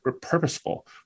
purposeful